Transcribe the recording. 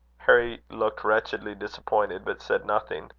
harry looked wretchedly disappointed, but said nothing.